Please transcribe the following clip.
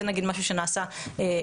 זה נגיד משהו שנעשה ב-OECD,